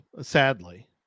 sadly